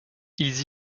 ils